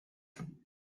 vous